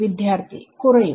വിദ്യാർത്ഥി കുറയും